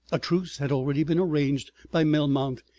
a truce had already been arranged by melmount,